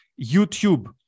YouTube